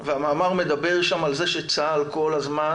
והמאמר מדבר שם על זה שצה"ל כל הזמן